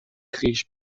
خویش